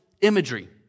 imagery